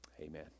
Amen